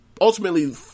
ultimately